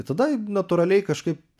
tada natūraliai kažkaip